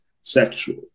sexual